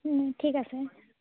ঠিক আছে